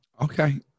Okay